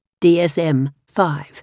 DSM-5